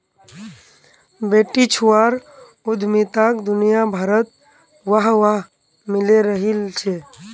बेटीछुआर उद्यमिताक दुनियाभरत वाह वाह मिले रहिल छे